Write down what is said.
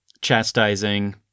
chastising